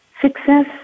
success